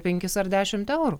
penkis ar dešimt eurų